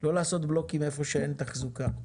לא לשפץ בלוקים איפה שאין תחזוקה.